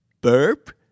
burp